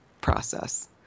process